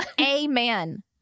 Amen